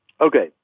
Okay